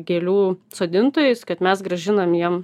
gėlių sodintojais kad mes grąžinam jiem